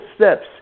steps